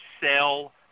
sell